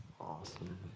Awesome